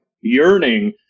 yearning